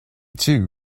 too